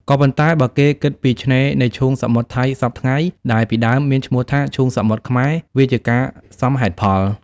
ក៏ប៉ុន្តែបើគេគិតពីឆ្នេរនៃឈូងសមុទ្រថៃសព្វថ្ងៃ ដែលពីដើមមាន ឈ្មោះថា ឈូងសមុទ្រខ្មែរ វាជាការសមហេតុផល។